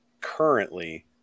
currently